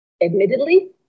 Admittedly